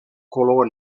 color